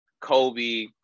Kobe